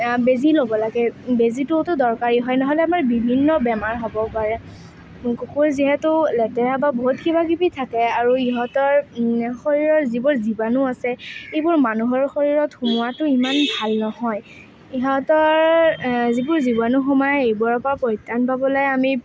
বেজী ল'ব লাগে বেজীটোওতো দৰকাৰী হয় নহ'লে আমাৰ বিভিন্ন বেমাৰ হ'ব পাৰে কুকুৰ যিহেতু লেতেৰা বা বহুত কিবা কিবি থাকে আৰু ইহঁতৰ শৰীৰৰ যিবোৰ জীৱাণু আছে এইবোৰ মানুহৰ শৰীৰত সোমোৱাটো ইমান ভাল নহয় ইহঁতৰ যিবোৰ জীৱাণু সোমায় সেইবোৰৰ পৰা পৰিত্ৰাণ পাবলৈ আমি